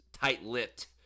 tight-lipped